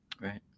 right